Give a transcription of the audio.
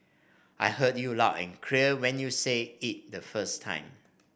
I heard you loud and clear when you said it the first time